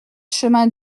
chemin